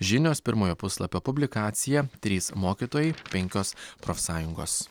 žinios pirmojo puslapio publikacija trys mokytojai penkios profsąjungos